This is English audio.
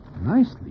Nicely